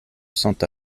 sainte